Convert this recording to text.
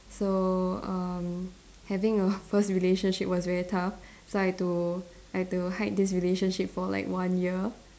so um having a first relationship was very tough so I had to I had to hide this relationship for like one year